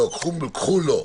לא, קחו לא.